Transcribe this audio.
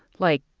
like,